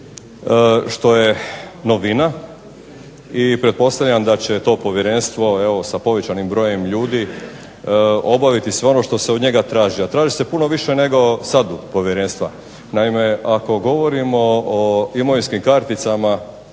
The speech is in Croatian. što je novina. I pretpostavljam da će to povjerenstvo evo sa povećanim brojem ljudi obaviti sve ono što se od njega traži. A traži se puno više nego sad od povjerenstva. Naime, ako govorimo o imovinskim karticama